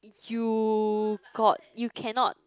you got you cannot